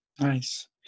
Nice